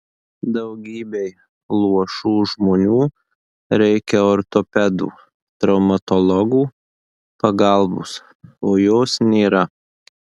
daugybei luošų žmonių reikia ortopedų traumatologų pagalbos o jos nėra